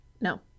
No